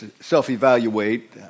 self-evaluate